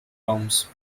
terms